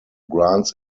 grants